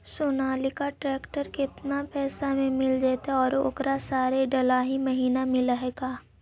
Sonalika tractor केतना पैसा में मिल जइतै और ओकरा सारे डलाहि महिना मिलअ है का?